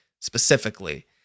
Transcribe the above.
specifically